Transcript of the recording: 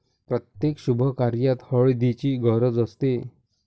प्रत्येक शुभकार्यात हळदीची गरज असते